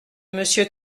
monsieur